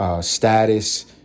status